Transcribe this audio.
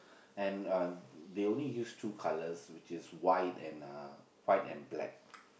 and uh they only use two colours which is white and uh white and black